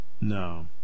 No